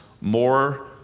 more